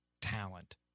talent